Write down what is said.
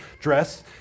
dress